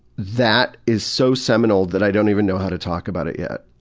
that is so seminal that i don't even know how to talk about it yet.